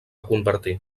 convertir